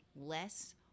less